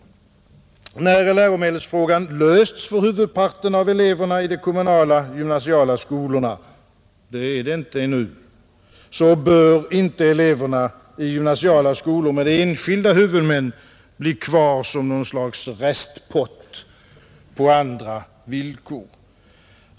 När läromedelsfrågan lösts för huvudparten av eleverna i de kommunala gymnasiala skolorna — det är den inte ännu — bör inte eleverna i gymnasiala skolor med enskilda huvudmän bli kvar som något slags restpott på andra villkor.